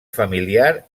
familiar